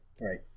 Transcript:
Right